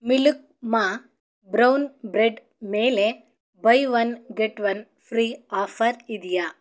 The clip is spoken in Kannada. ಮಿಲ್ಕ್ ಮಾ ಬ್ರೌನ್ ಬ್ರೆಡ್ ಮೇಲೆ buy one get one free offer ಇದೆಯಾ